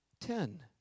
Ten